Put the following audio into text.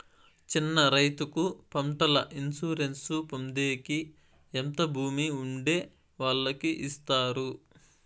చిన్న రైతుకు పంటల ఇన్సూరెన్సు పొందేకి ఎంత భూమి ఉండే వాళ్ళకి ఇస్తారు?